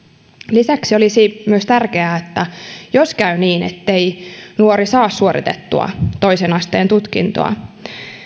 lisäksi olisi myös tärkeää että jos käy niin ettei nuori saa suoritettua toisen asteen tutkintoa